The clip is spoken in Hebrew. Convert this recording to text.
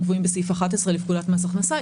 הם קבועים בסעיף 11 לפקודת מס הכנסה.